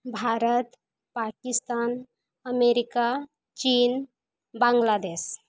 Bharat Pakistan America ᱪᱤᱱ ᱵᱟᱝᱞᱟᱫᱮᱥ